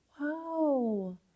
Wow